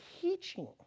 teaching